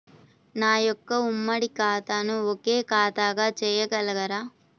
నా యొక్క ఉమ్మడి ఖాతాను ఒకే ఖాతాగా చేయగలరా?